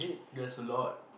that's a lot